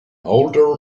older